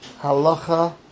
Halacha